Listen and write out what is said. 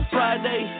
Friday